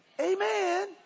Amen